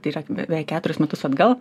tai yra beveik keturis metus atgal